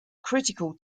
critical